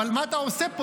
אבל מה אתה עושה פה?